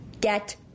Get